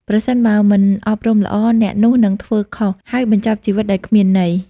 ប្រសិនបើមិនអប់រំល្អ អ្នកនោះនឹងធ្វើខុស ហើយបញ្ចប់ជីវិតដោយគ្មានន័យ។